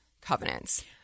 covenants